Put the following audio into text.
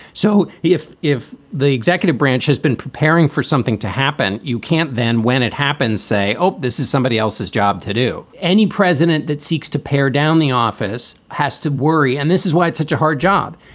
so if if the executive branch has been preparing for something to happen, you can't then when it happens, say, oh, this is somebody else's job to do. any president that seeks to pare down the office has to worry. and this is why it's such a hard job.